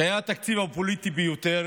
שהיה התקציב הפוליטי ביותר